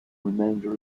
remainder